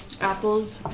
Apples